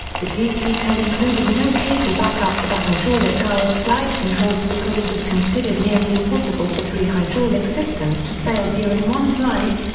the dc ten included no cable backup for the hydraulic powered flight controls because it was considered nearly impossible for three hydraulic systems to fail during one flight,